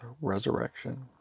resurrection